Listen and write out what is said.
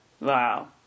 Wow